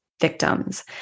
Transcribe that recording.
victims